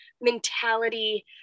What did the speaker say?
mentality